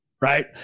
right